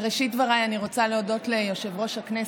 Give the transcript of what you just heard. בראשית דבריי אני רוצה להודות ליושב-ראש הכנסת,